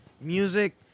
Music